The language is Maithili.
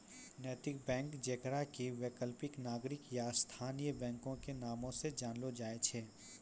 नैतिक बैंक जेकरा कि वैकल्पिक, नागरिक या स्थायी बैंको के नामो से जानलो जाय छै